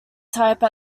type